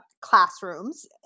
classrooms